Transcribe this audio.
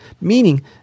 meaning